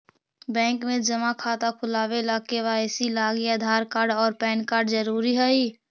bank में जमा खाता खुलावे ला के.वाइ.सी लागी आधार कार्ड और पैन कार्ड ज़रूरी हई